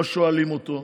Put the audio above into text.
לא שואלים אותו.